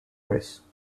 race